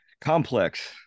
Complex